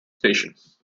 stations